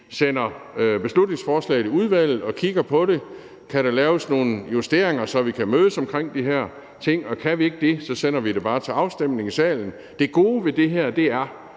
sender forslaget i udvalget og kigger på det for at se, om der kan laves nogle justeringer, så vi kan mødes omkring de her ting, men kan vi ikke det, sender vi det bare til afstemning i salen. Det gode ved det her er,